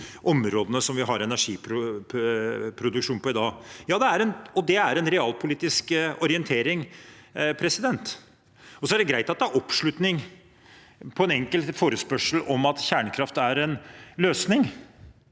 områdene vi har energiproduksjon på i dag. Det er en realpolitisk orientering. Det er greit at det er oppslutning om en enkelt forespørsel om at kjernekraft er en løsning.